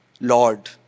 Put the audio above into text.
Lord